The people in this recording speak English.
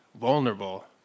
vulnerable